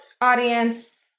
audience